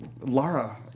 Laura